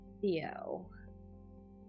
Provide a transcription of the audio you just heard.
Theo